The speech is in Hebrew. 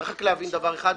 צריך להבין דבר אחד,